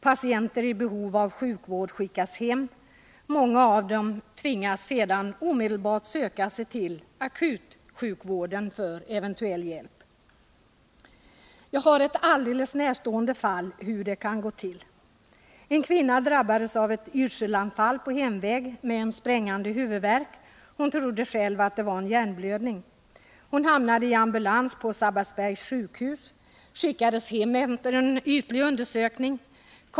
Patienter i behov av sjukhusvård skickats hem, många av dem tvingas omedelbart söka sig till akutsjukvården för eventuell hjälp. Jag har ett alldeles närstående fall som visar hur det kan gå till. En kvinna på hemväg drabbades av ett yrselanfall med sprängande huvudvärk och trodde själv att det var en hjärnblödning. Hon hamnade efter ambulansfärd på Sabbatsbergs sjukhus men skickades hem efter en ytlig undersökning.